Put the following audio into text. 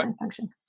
function